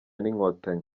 n’inkotanyi